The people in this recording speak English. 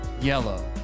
Yellow